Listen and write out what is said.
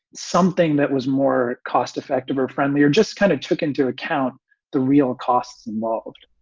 something that was more cost effective or friendly or just kind of took into account the real costs involved